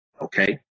Okay